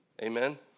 amen